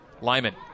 Lyman